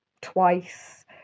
twice